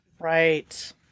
Right